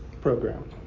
program